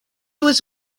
was